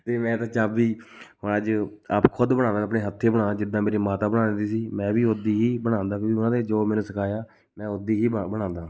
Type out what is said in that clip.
ਤੇਅਤੇ ਮੈਂ ਤਾਂ ਜਦ ਵੀ ਹੁਣ ਅੱਜ ਆਪ ਖੁਦ ਬਣਾਉਂਦਾ ਆਪਣੇ ਹੱਥੀਂ ਬਣਾਉਂਦਾ ਜਿੱਦਾਂ ਮੇਰੀ ਮਾਤਾ ਬਣਾਉਂਦੀ ਸੀ ਮੈਂ ਵੀ ਉੱਦੀ ਹੀ ਬਣਾਉਂਦਾ ਕਿਉਂਕਿ ਉਹਨਾਂ ਨੇ ਜੋ ਮੈਨੂੰ ਸਿਖਾਇਆ ਮੈਂ ਉੱਦੀ ਹੀ ਬਣਾਉਂਦਾ